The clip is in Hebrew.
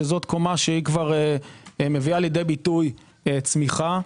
שמביאה לידי ביטוי צמיחה.